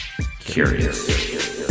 curious